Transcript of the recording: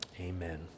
amen